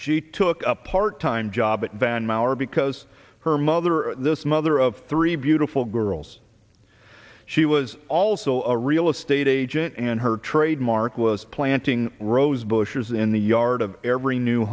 she took up part time job at van mauer because her mother this mother of three beautiful girls she was also a real estate agent and her trademark was planting rose bushes in the yard of every new